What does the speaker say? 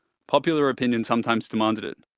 popular opinion sometimes demanded it.